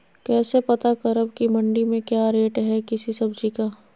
कैसे पता करब की मंडी में क्या रेट है किसी सब्जी का?